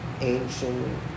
ancient